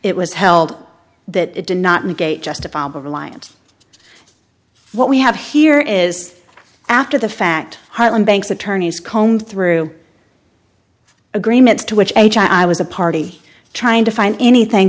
it was held that it did not negate justifiable reliance what we have here is after the fact harlan banks attorneys combed through agreements to which has i was a party trying to find anything